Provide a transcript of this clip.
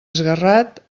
esguerrat